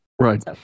Right